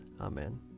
Amen